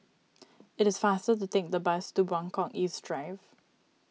it is faster to take the bus to Buangkok East Drive